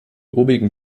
obigen